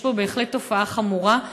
יש פה בהחלט תופעה חמורה.